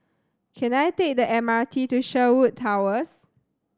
can I take the M R T to Sherwood Towers